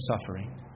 suffering